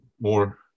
more